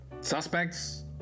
Suspects